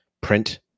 print